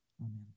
Amen